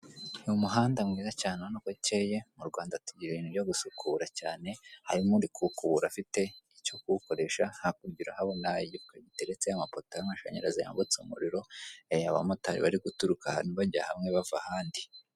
N'umuhanda mwiza cyane ucyeye mu Rwanda tugira ibintu byo gusukura cyane harimo urimo kuwukubura afite icyo kuwukoresha hakurya urahabona igifuka giteretseho amapoto y'amashanyarazi yambutsa umuriro w'amashanyarazi abamotari bari guturuka ahantu bava hamwe bajya ahandi.